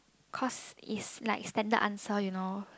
cause is like standard answer you know